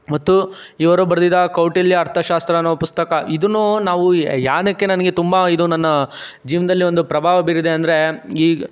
ಮತ್ತು ಇವರು ಬರೆದಿದ್ದ ಕೌಟಿಲ್ಯ ಅರ್ಥಶಾಸ್ತ್ರ ಅನ್ನೊ ಪುಸ್ತಕ ಇದನ್ನು ನಾವು ಏನಕ್ಕೆ ನನಗೆ ತುಂಬ ಇದು ನನ್ನ ಜೀವನದಲ್ಲಿ ಒಂದು ಪ್ರಭಾವ ಬೀರಿದೆ ಅಂದರೆ ಈ